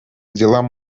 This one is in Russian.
делам